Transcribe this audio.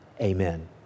Amen